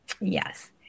Yes